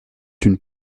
une